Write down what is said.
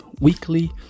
weekly